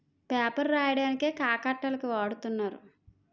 paper రాయడానికే కాక అట్టల కి వాడతన్నారు